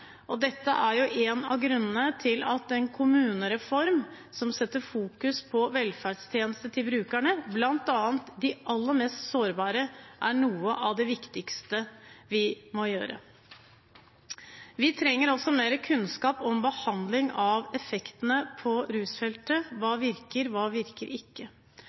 en av grunnene til at en kommunereform som fokuserer på velferdstjenester til brukerne, bl.a. de aller mest sårbare, er noe av det viktigste vi må få til. Vi trenger også mer kunnskap om effekten av behandling på rusfeltet – hva virker, og hva virker ikke?